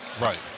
Right